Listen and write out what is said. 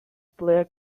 player